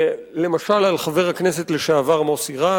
למשל, על חבר הכנסת לשעבר מוסי רז.